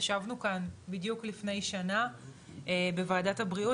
ישבנו כאן בדיוק לפני שנה בוועדת הבריאות